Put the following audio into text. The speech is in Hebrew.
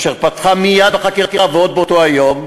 אשר פתחה בחקירה עוד באותו היום.